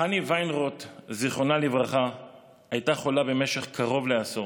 חני וינרוט ז"ל הייתה חולה במשך קרוב לעשור.